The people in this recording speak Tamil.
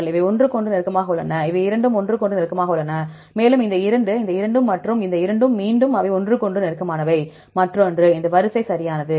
இவை இரண்டும் ஒன்றுக்கொன்று நெருக்கமாக உள்ளன இவை இரண்டும் ஒன்றுக்கொன்று நெருக்கமாக உள்ளன மேலும் இந்த இரண்டு இந்த இரண்டு மற்றும் இந்த இரண்டும் மீண்டும் இவை ஒவ்வொன்றிற்கும் நெருக்கமானவை மற்றொன்று இந்த வரிசை சரியானது